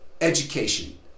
education